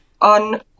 on